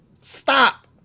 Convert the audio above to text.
Stop